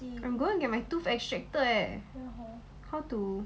I'm gonna get my tooth extracted eh how to